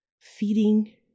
feeding